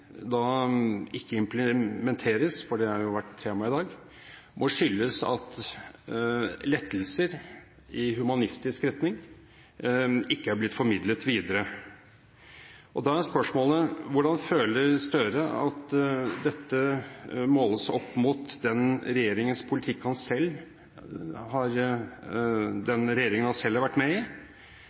ikke implementeres – for det har jo vært tema i dag – må skyldes at lettelser i humanistisk retning ikke er blitt formidlet videre. Da er spørsmålet: Hvordan føler Støre at dette måles opp mot politikken til den regjeringen han selv har vært med i? For underliggende sett er det jo en voldsom kritikk mot humanismen i